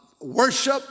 worship